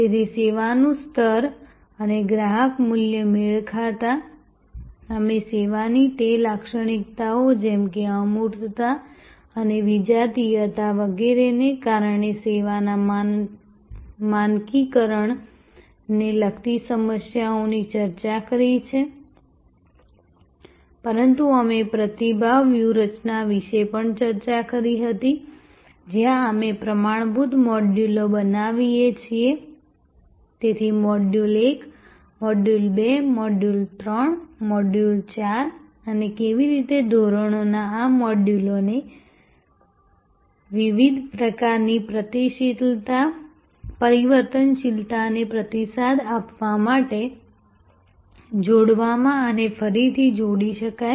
તેથી સેવાનું સ્તર અને ગ્રાહક મૂલ્ય મેળ ખાતા અમે સેવાની તે લાક્ષણિકતાઓ જેમ કે અમૂર્તતા અને વિજાતીયતા વગેરેને કારણે સેવાના માનકીકરણને લગતી સમસ્યાઓની ચર્ચા કરી છે પરંતુ અમે પ્રતિભાવ વ્યૂહરચના વિશે પણ ચર્ચા કરી હતી જ્યાં અમે પ્રમાણભૂત મોડ્યુલો બનાવીએ છીએ તેથી મોડ્યુલ 1 મોડ્યુલ 2 મોડ્યુલ 3 મોડ્યુલ 4 અને કેવી રીતે ધોરણોના આ મોડ્યુલોને વિવિધ પ્રકારની પરિવર્તનશીલતાને પ્રતિસાદ આપવા માટે જોડવામાં અને ફરીથી જોડી શકાય